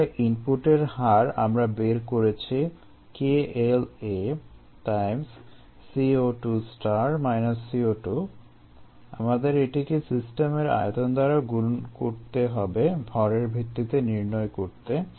তাহলে ইনপুটের হার আমরা বের করেছি আমাদের এটিকে সিস্টেমের আয়তন দ্বারা গুণ করতে হবে ভর ভিত্তিতে নির্ণয় করতে